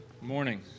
Morning